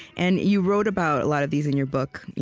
and you wrote about a lot of these in your book,